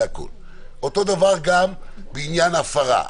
אותו דבר בעניין הפרה,